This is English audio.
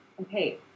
okay